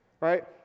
right